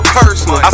personal